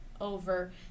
over